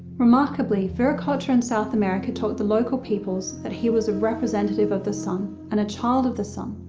remarkably viracocha in south america taught the local peoples that he was a representative of the sun and a child of the sun,